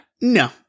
No